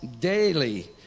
daily